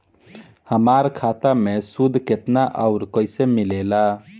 हमार खाता मे सूद केतना आउर कैसे मिलेला?